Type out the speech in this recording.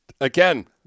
again